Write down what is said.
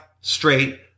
straight